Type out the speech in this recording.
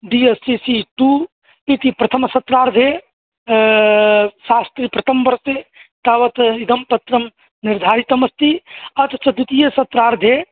D S C C two इति प्रथम सत्रार्धे शास्त्रीयप्रथमवर्से तावत् इदं पत्रं निर्धारितम् अस्ति अत्र द्वितीय सत्रार्धे